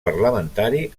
parlamentari